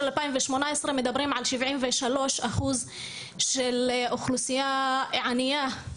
2018 מדברים על 73% של אוכלוסייה ענייה.